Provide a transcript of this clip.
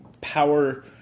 power